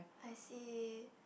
I see